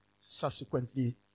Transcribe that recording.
subsequently